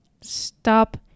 Stop